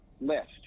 list